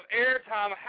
airtime